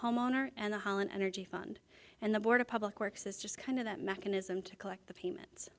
homeowner and the holland energy fund and the board of public works is just kind of that mechanism to collect the payments